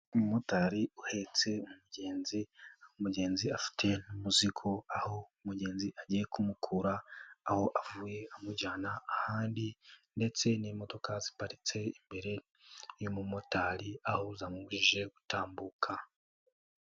Umumotari uhetse umugenzi, mugenzi a afite muziko aho mugenzi agiye kumukura, aho avuye amujyana ahandi ndetse n'imodoka ziparitse imbere y'umumotari, aho zamubujije gutambuka.